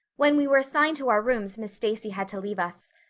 when we were assigned to our rooms miss stacy had to leave us.